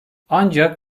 ancak